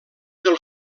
del